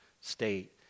state